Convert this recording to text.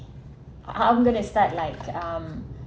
I'm going to start like um